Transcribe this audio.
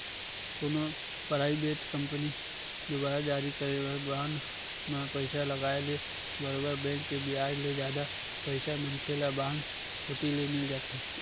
कोनो private company दुवारा जारी करे बांड म पइसा लगाय ले बरोबर बेंक के बियाज ले जादा पइसा मनखे ल बांड कोती ले मिल जाथे